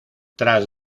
tras